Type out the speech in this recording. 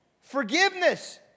Forgiveness